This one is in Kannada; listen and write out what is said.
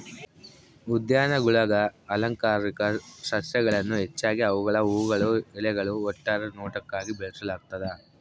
ಉದ್ಯಾನಗುಳಾಗ ಅಲಂಕಾರಿಕ ಸಸ್ಯಗಳನ್ನು ಹೆಚ್ಚಾಗಿ ಅವುಗಳ ಹೂವುಗಳು ಎಲೆಗಳು ಒಟ್ಟಾರೆ ನೋಟಕ್ಕಾಗಿ ಬೆಳೆಸಲಾಗ್ತದ